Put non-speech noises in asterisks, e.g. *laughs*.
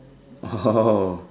oh *laughs*